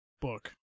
book